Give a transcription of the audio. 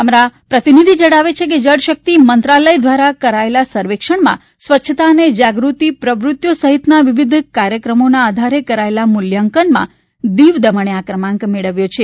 અમારા પ્રતિનિધિ જણાવે છે કે જળશક્તિ મંત્રાલય દ્વારા કરાયેલા સર્વેક્ષણમાં સ્વચ્છતા અને જાગૃતિ પ્રવૃત્તિઓ સહિતના વિવિધ કાર્યકર્તાના આધારે કરાયેલા મૂલ્યાંકનમાં દમણ દીવએ આ ક્રમાંક મેળવ્યો છે